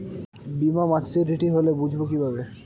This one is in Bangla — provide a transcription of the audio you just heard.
বীমা মাচুরিটি হলে বুঝবো কিভাবে?